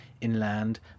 inland